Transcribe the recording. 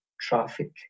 traffic